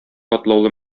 катлаулы